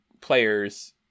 players